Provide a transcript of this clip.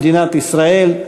במדינת ישראל.